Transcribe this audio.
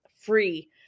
free